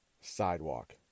Sidewalk